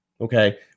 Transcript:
Okay